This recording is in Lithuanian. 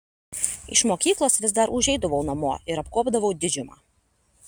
iš mokyklos vis dar užeidavau namo ir apkuopdavau didžiumą